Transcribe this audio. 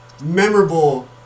memorable